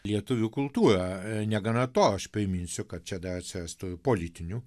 lietuvių kultūrą negana to aš priminsiu kad čia dar atsirastų ir politinių